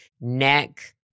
neck